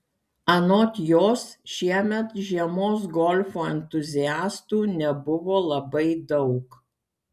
anot jos šiemet žiemos golfo entuziastų nebuvo labai daug